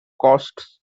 costs